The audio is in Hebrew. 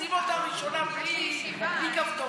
שים אותה ראשונה בלי כפתורים.